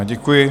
Děkuji.